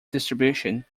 distribution